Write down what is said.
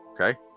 okay